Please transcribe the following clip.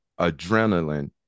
adrenaline